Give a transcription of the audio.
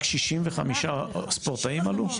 רק 65 ספורטאים עלו?